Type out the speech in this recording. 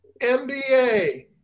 MBA